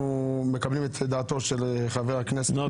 אנחנו מקבלים את דעתו של חבר הכנסת -- לא,